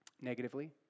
negatively